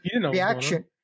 reaction